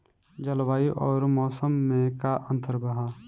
जलवायु अउर मौसम में का अंतर ह?